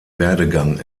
werdegang